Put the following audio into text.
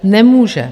Nemůže.